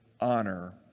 honor